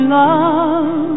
love